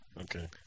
Okay